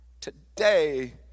today